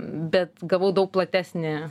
bet gavau daug platesnį